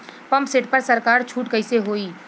Pump set पर सरकार छूट कईसे होई?